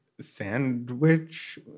Sandwich